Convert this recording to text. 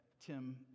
Tim